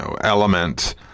element